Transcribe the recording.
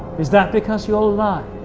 is that because you're lying?